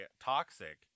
toxic